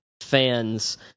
fans